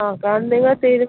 ആ കാരണം നിങ്ങള്